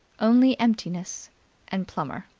only emptiness and plummer.